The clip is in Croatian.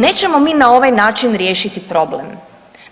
Nećemo mi na ovaj način riješiti problem